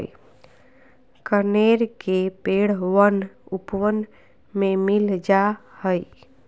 कनेर के पेड़ वन उपवन में मिल जा हई